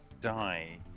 die